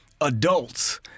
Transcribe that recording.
adults—